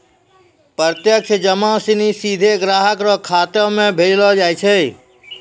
प्रत्यक्ष जमा सिनी सीधे ग्राहक रो खातो म भेजलो जाय छै